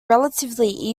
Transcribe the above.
relatively